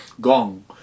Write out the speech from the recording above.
gong